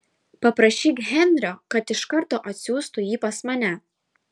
paprašyk henrio kad iš karto atsiųstų jį pas mane